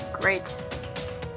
Great